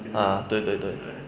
ah 对对对